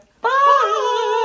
Bye